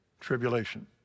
tribulation